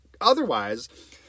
Otherwise